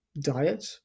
diet